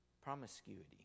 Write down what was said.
promiscuity